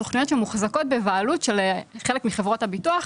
סוכנויות שמוחזקות בבעלות של חלק מחברות הביטוח.